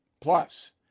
Plus